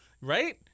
Right